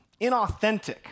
inauthentic